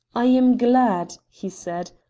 i am glad, he said,